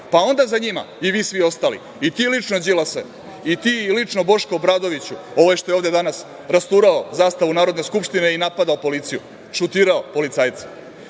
pa onda za njima i vi svi ostali. I ti lično Đilase, i ti lično Boško Obradoviću, ovaj što je ovde danas rasturao zastavu Narodne skupštine i napadao policiju, šutirao policajca.